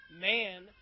Man